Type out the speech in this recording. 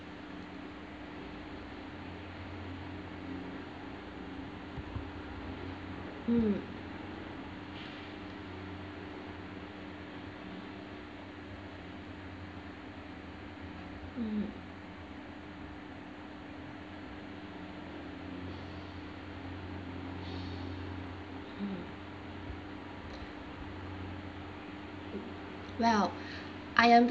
mm mm mm well I am